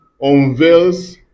unveils